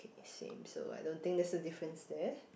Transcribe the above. same so I don't think there's a difference there